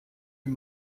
wie